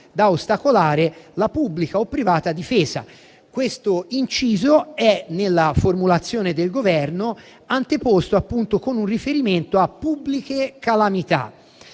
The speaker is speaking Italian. da ostacolare la pubblica o privata difesa. Questo inciso nella formulazione del Governo è anteposto, appunto, con un riferimento a pubbliche calamità.